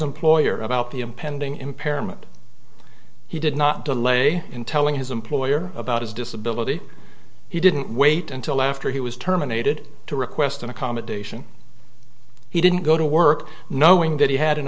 employer about the impending impairment he did not delay in telling his employer about his disability he didn't wait until after he was terminated to request an accommodation he didn't go to work knowing that he had an